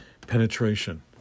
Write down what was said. penetration